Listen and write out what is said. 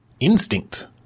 Instinct